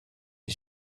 les